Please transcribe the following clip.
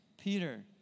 Peter